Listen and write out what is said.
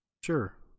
Sure